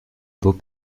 beau